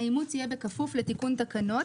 האימוץ יהיה בכפוף לתיקון תקנות,